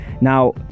Now